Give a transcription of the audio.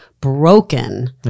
broken